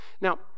Now